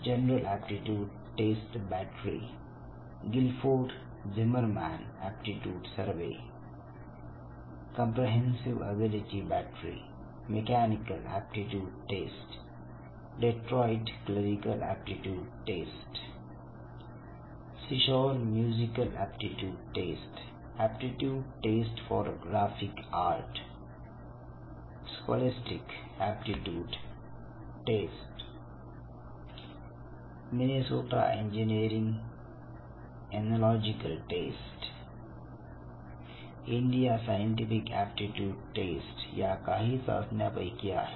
general aptitude test battery Guilford Zimmerman aptitude survey comprehensive ability battery mechanical aptitude test Detroit clerical aptitude test Seashore musical aptitude test aptitude test for graphic art scholastic aptitude test Minnesota engineering analogical test India scientific aptitude test या काही चाचण्या पैकी आहेत